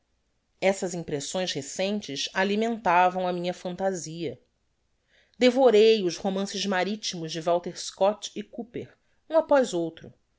essas impressões recentes alimentavam a minha fantasia devorei os romances maritimos de walter scott e cooper um apoz outro